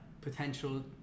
potential